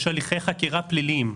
יש הליכי חקירה פליליים.